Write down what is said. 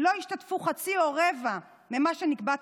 לא השתתפו חצי או רבע ממה שנקבע תחילה.